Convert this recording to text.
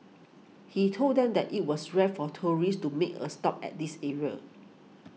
he told them that it was rare for tourists to make a stop at this area